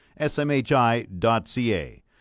SMHI.ca